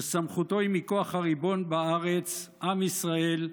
שסמכותו היא מכוח הריבון בארץ, עם ישראל,